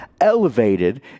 elevated